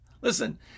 Listen